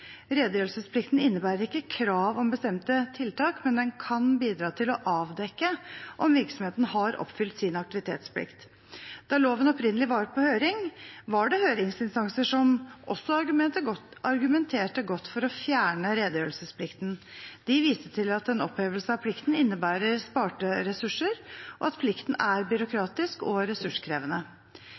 Redegjørelsesplikten innebærer ikke krav om bestemte tiltak, men den kan bidra til å avdekke om virksomheten har oppfylt sin aktivitetsplikt. Da loven opprinnelig var på høring, var det høringsinstanser som også argumenterte godt for å fjerne redegjørelsesplikten. De viste til at en opphevelse av plikten innebærer sparte ressurser, og at plikten er byråkratisk og ressurskrevende.